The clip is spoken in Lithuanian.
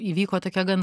įvyko tokia gan